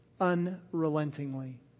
unrelentingly